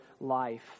life